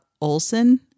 Olson